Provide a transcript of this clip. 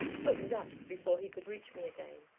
but was up before he could reach me again,